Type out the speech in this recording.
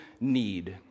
need